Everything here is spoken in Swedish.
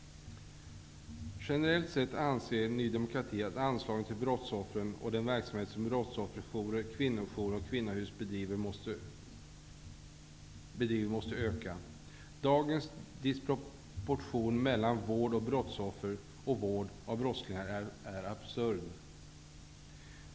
Generellt sett anser Ny demokrati att anslagen till brottsoffren och den verksamhet som brottsofferjourer, kvinnojourer och kvinnohus bedriver måste öka. Dagens disproportion mellan vård av brottsoffer och vård av brottslingar är absurd.